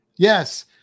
Yes